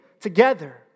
together